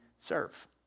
serve